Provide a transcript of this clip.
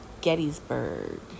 Gettysburg